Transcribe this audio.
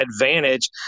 advantage